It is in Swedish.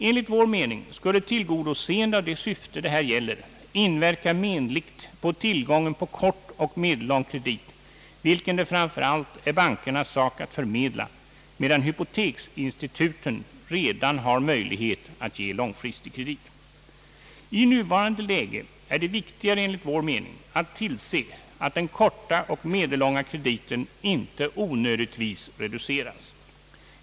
Enligt vår mening skulle tillgodoseende av det syfte det här gäller inverka menligt på tillgången på kort och medellång kredit, som det framför allt är bankernas sak ait förmedla, medan hypoteksinstituten redan har möjlighet att ge långfristig kredit. I nuvarande läge är det enligt vår mening viktigare att tillse att den korta och medellånga krediten inte onödigtvis reduceras.